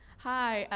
hi,